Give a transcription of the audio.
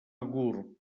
gurb